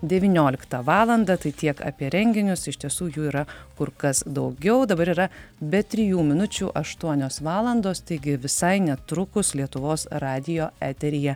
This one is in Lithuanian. devynioliktą valandą tai tiek apie renginius iš tiesų jų yra kur kas daugiau dabar yra be trijų minučių aštuonios valandos taigi visai netrukus lietuvos radijo eteryje